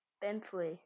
Bentley